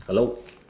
hello